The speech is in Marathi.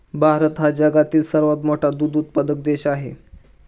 भारत हा जगातील सर्वात मोठा दूध उत्पादक देश आहे